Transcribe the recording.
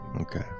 Okay